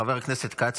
חבר הכנסת כץ,